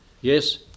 yes